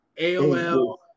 AOL